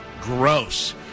gross